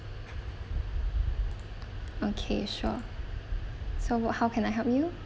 okay sure so what how can I help you